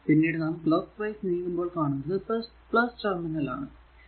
പിന്നീട് നാം clockwise നീങ്ങുമ്പോൾ കാണുന്നത് ടെർമിനൽ ആണ്